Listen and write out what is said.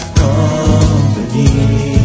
company